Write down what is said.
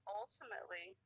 ultimately